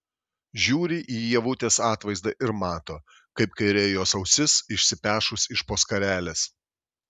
žiūri į ievutės atvaizdą ir mato kaip kairė jos ausis išsipešus iš po skarelės